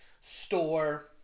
store